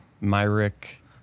Myrick